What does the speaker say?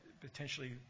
potentially